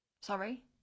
Sorry